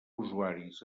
usuaris